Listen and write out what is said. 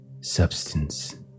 substance